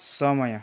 समय